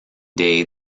day